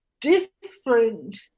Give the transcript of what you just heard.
different